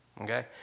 okay